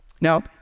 Now